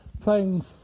playing